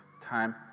time